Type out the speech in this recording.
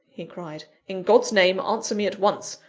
he cried, in god's name, answer me at once!